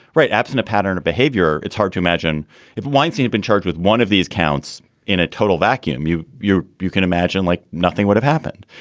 right. absent a pattern of behavior. it's hard to imagine if once he had been charged with one of these counts in a total vacuum, you you you can imagine like nothing would have happened.